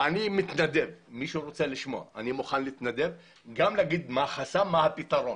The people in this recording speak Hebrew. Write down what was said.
אני מוכן להתנדב ולהגיד גם מה החסם ומה הפתרון.